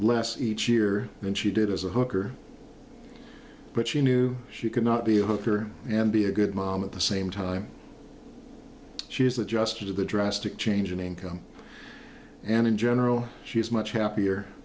less each year than she did as a hooker but she knew she could not be a hooker and be a good mom at the same time she is that just sort of a drastic change in income and in general she's much happier